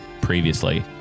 previously